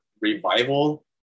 revival